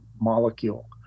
molecule